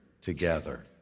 together